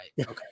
Okay